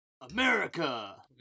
America